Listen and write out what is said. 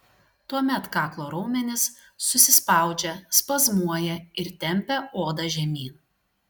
tuomet kaklo raumenys susispaudžia spazmuoja ir tempia odą žemyn